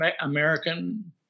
American